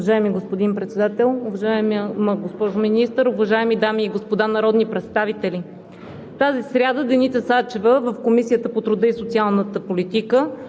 Уважаеми господин Председател, уважаема госпожо Министър, уважаеми дами и господа народни представители! Тази сряда Деница Сачева в Комисията по труда и социалната политика,